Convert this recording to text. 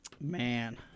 Man